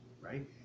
right